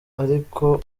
ariko